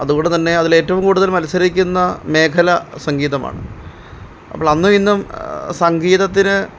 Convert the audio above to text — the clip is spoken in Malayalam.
അതുകൊണ്ട് തന്നെ അതിലേറ്റവും കൂടുതൽ മത്സരിക്കുന്ന മേഖല സംഗീതമാണ് അപ്പോള് അന്നും ഇന്നും സംഗീത്തിന്